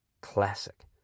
Classic